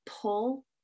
pull